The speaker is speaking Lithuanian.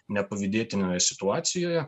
nepavydėtinoje situacijoje